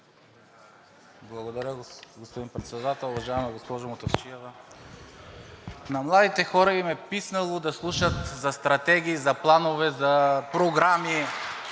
Благодаря, господин Председател. Уважаема госпожо Мутафчиева, на младите хора им е писнало да слушат за стратегии, за планове, за програми